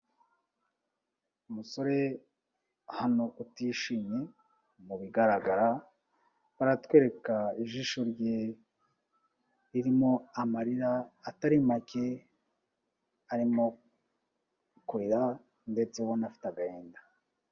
Umusore hano utishimye mu bigaragara aratwereka ijisho rye ririmo amarira atari make, arimo kurira ndetse ubana afite agahinda.